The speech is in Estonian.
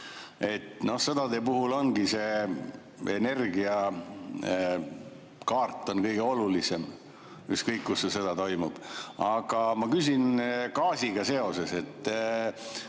Sõdade puhul ongi energiakaart kõige olulisem, ükskõik, kus sõda toimub. Aga ma küsin gaasi kohta.